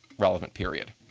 relevant period.